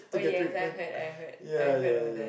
oh yes I've heard I heard I heard of that